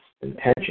intention